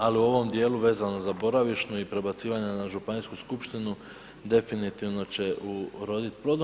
Ali u ovom dijelu vezano za boravišnu i prebacivanje na županijsku skupštinu definitivno će uroditi plodom.